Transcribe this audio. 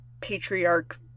patriarch